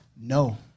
No